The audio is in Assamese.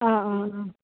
অঁ অঁ অঁ